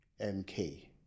MK